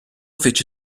fece